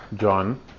John